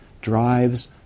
Drives